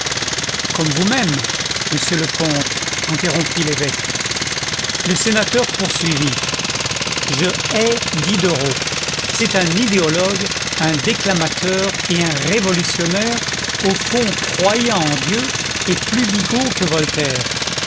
comme vous-même monsieur le comte interrompit l'évêque le sénateur poursuivit je hais diderot c'est un idéologue un déclamateur et un révolutionnaire au fond croyant en dieu et plus bigot que voltaire